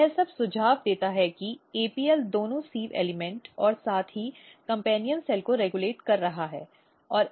यह सब सुझाव देता है कि APL दोनों सिव़ एलिमेंट और साथ ही कम्पेन्यन सेल को रेगुलेट कर रहा है